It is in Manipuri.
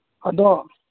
ꯑꯗꯣ